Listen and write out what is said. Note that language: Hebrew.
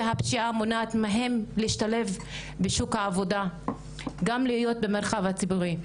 והפשיעה מונעת מהן להשתלב בשוק העבודה גם להיות במרחב הציבורי.